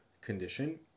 condition